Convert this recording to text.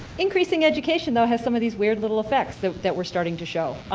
increasing education ah has some of these weird little effects that that we are starting to show,